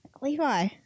Levi